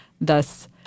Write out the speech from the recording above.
thus